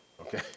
okay